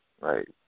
Right